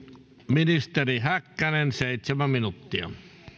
ministeri häkkänen seitsemän minuuttia